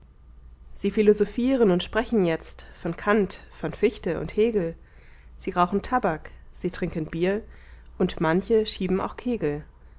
sie philosophieren und sprechen jetzt von kant von fichte und hegel sie rauchen tabak sie trinken bier und manche schieben auch kegel